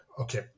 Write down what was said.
okay